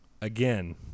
again